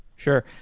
sure.